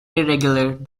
irregular